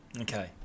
Okay